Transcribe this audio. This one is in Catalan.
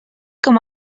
com